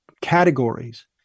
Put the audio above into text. categories